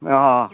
अ